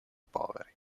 poveri